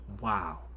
wow